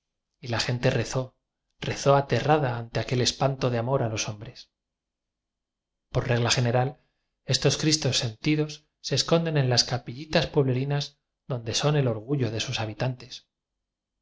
y la gente rezó rezó aterrada ante aquel espanto de amor a los hombres por regla general estos cris tos sentidos se esconden en las capillitas pueblerinas donde son el orgullo desús ha bitantes